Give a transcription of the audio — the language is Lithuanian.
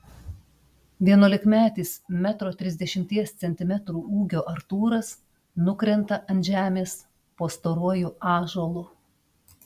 vienuolikmetis metro trisdešimties centimetrų ūgio artūras nukrenta ant žemės po storuoju ąžuolu